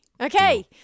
Okay